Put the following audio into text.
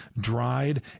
dried